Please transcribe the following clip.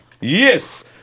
Yes